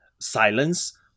silence